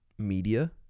media